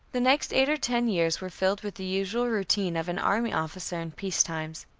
the next eight or ten years were filled with the usual routine of an army officer in peace times.